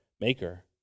Maker